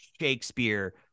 Shakespeare